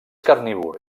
carnívor